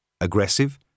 Aggressive